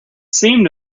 seemed